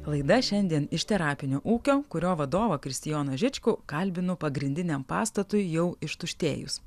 laida šiandien iš terapinio ūkio kurio vadovą kristijoną žičkų kalbinu pagrindiniam pastatui jau ištuštėjus